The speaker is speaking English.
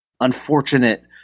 unfortunate